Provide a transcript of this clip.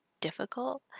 difficult